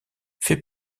fait